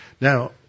Now